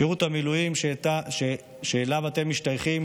שירות המילואים שאליו אתם משתייכים,